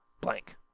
Blank